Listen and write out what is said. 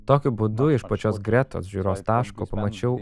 tokiu būdu iš pačios gretos žiūros taško pamačiau